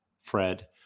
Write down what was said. Fred